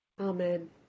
Amen